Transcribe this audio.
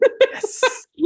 Yes